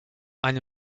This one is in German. ein